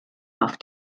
auf